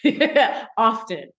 Often